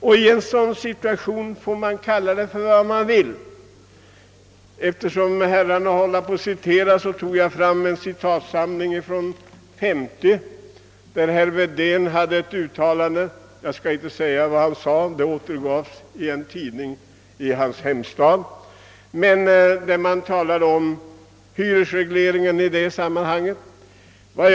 Eftersom det har citerats ganska mycket här i dag har jag tagit med mig en citatsamling från 1950, där det bl.a. finns ett uttalande av herr Wedén. Han talade i sammanhanget om hyresreglering. Jag skall inte nu upprepa vad han då sade, men hans ord återgavs i en tidning i hans hemstad.